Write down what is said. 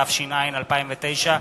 התש"ע 2009,